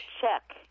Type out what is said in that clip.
check